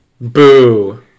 Boo